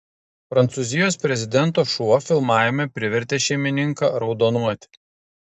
prancūzijos prezidento šuo filmavime privertė šeimininką raudonuoti